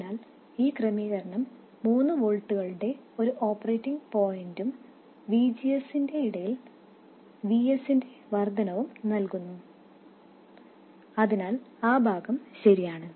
അതിനാൽ ഈ ക്രമീകരണം മൂന്ന് വോൾട്ടുകളുടെ ഒരു ഓപ്പറേറ്റിംഗ് പോയിന്റും VGS നിടയിൽ Vs ന്റെ വർദ്ധനവും നൽകുന്നു അതിനാൽ ആ ഭാഗം ശരിയാണ്